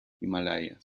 himalayas